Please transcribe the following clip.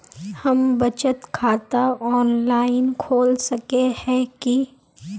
हम बचत खाता ऑनलाइन खोल सके है की?